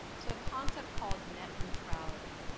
so a concept called net neutrality.